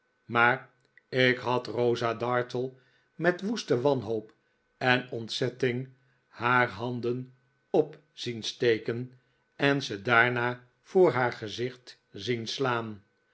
maar ik had rosa dartle met woeste wanhoop en ontzetting haar handen op zien steken en ze daarna voor haar gezicht zien slaan